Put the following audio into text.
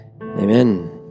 Amen